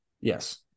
Yes